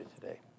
today